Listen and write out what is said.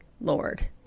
Lord